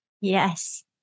Yes